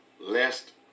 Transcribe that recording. lest